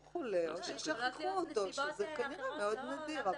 או חולה או שכחו אותו, שזה כנראה מאוד נדיר.